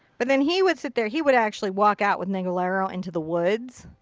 but then he would sit there he would actually walk out with nagualero into the woods.